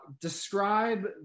Describe